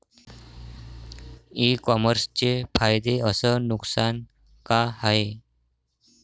इ कामर्सचे फायदे अस नुकसान का हाये